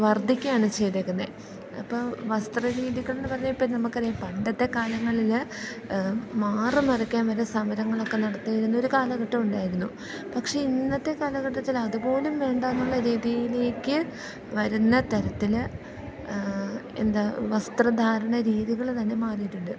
വർദ്ധിക്കുകയാണ് ചെയ്തിരിക്കുന്നത് അപ്പോൾ വസ്ത്ര രീതികൾ എന്നു പറഞ്ഞാൽ ഇപ്പോൾ നമുക്കറിയാം പണ്ടത്തെ കാലങ്ങളിൽ മാറു മറയ്ക്കാൻ വരെ സമരങ്ങളൊക്കെ നടത്തിയിരുന്നൊരു കാലഘട്ടം ഉണ്ടായിരുന്നു പക്ഷെ ഇന്നത്തെ കാലഘട്ടത്തിലതുപോലും വേണ്ടായെന്നുള്ള രീതിയിലേക്ക് വരുന്ന തരത്തിൽ എന്താ വസ്ത്രധാരണ രീതികൾ തന്നെ മാറിയിട്ടുണ്ട്